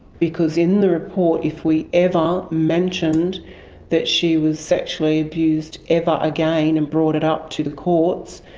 because in the report, if we ever mentioned that she was sexually abused ever again and brought it up to the courts,